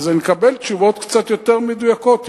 אז נקבל תשובות קצת יותר מדויקות.